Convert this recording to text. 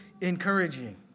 encouraging